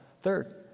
Third